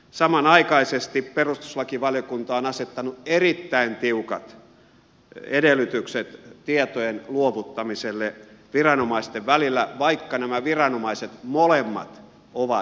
samanaikaisesti perustuslakivaliokunta on asettanut erittäin tiukat edellytykset tietojen luovuttamiselle viranomaisten välillä vaikka nämä viranomaiset molemmat ovat salassapitovelvollisia